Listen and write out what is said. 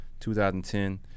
2010